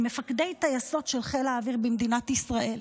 מפקדי טייסות של חיל האוויר במדינת ישראל.